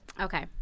Okay